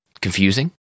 Confusing